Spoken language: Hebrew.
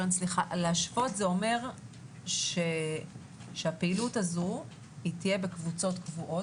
להשוות זה אומר שהפעילות הזו היא תהיה בקבוצות קבועות,